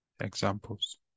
examples